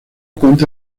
cuenta